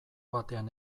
batean